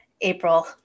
april